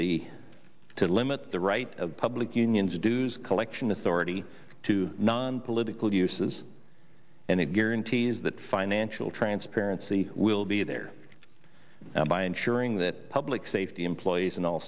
the to limit the right of public unions dues collection authority to non political uses and it guarantees that financial transparency will be there by ensuring that public safety employees in all